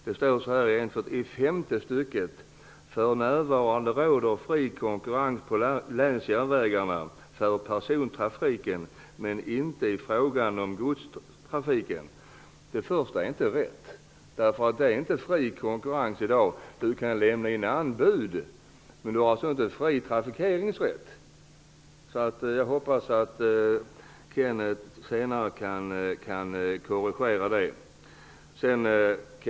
Det står så här i femte stycket: ''För närvarande råder fri konkurrens på länsjärnvägarna för persontrafiken men inte i fråga om godstrafiken.'' Det första är inte rätt. Det är inte fri konkurrens i dag. Man kan lämna in anbud, men det är inte fri trafikeringsrätt. Jag hoppas att Kenneth Attefors senare kan korrigera det.